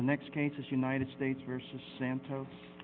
the next case united states versus santos